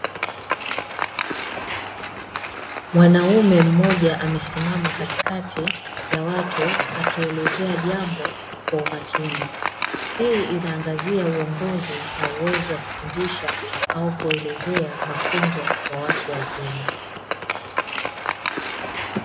Mwanaume mmoja amesimama katikati ya watu akielezea jambo kwa umakini, hii inaangazia uongozi na uwezo wa kufundisha au kuelezea mafunzo kwa watu wazima.